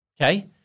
Okay